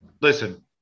Listen